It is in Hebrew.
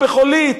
בחולית.